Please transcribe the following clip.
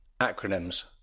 Acronyms